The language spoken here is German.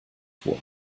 vor